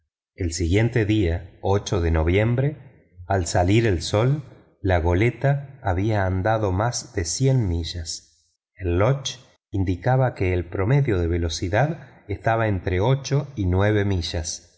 el siguiente día de noviembre al salir el sol la goleta había andado más de cien millas el loch indicaba que el promedio de velocidad estaba entre ocho y nueve millas